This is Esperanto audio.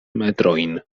metrojn